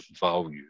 value